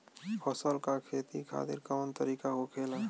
फसल का खेती खातिर कवन तरीका होखेला?